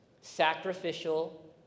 sacrificial